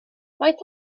faint